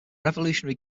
revolutionary